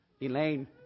Elaine